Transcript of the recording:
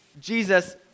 Jesus